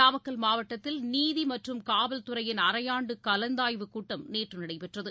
நாமக்கல் மாவட்டத்தில் நீதி மற்றும் காவல்துறையின் அரையாண்டு கலந்தாய்வு கூட்டம் நேற்று நடைபெற்றது